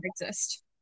exist